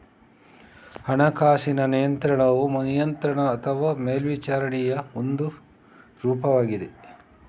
ಹಣಕಾಸಿನ ನಿಯಂತ್ರಣವು ನಿಯಂತ್ರಣ ಅಥವಾ ಮೇಲ್ವಿಚಾರಣೆಯ ಒಂದು ರೂಪವಾಗಿದೆ